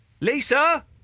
Lisa